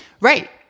right